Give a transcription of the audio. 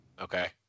Okay